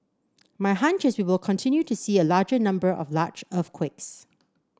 my hunch is we will continue to see a larger number of large earthquakes